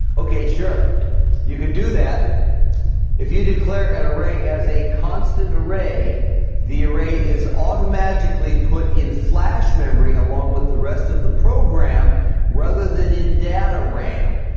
okay, sure you could do that if you declare an array as a constant array the array is automatically put in flash memory along with the rest of the program rather than in data ram